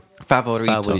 Favorito